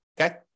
okay